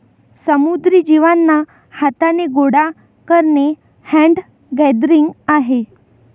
समुद्री जीवांना हाथाने गोडा करणे हैंड गैदरिंग आहे